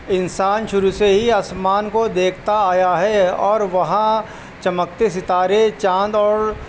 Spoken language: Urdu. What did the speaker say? انسان شروع سے ہی آسمان کو دیکھتا آیا ہے اور وہاں چمکتے ستارے چاند اور